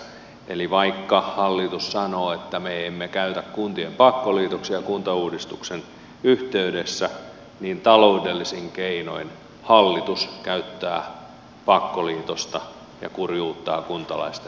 eli vaikka hallitus sanoo että me emme käytä kuntien pakkoliitoksia kuntauudistuksen yhteydessä niin taloudellisin keinoin hallitus käyttää pakkoliitosta ja kurjuuttaa kuntalaisten olotilaa